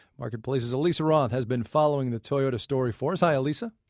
marketplace's alisa roth has been following the toyota story for us. hi alisa.